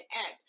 act